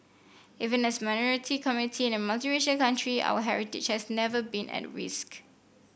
even as minority community in a multiracial country our heritage has never been at risk